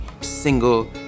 single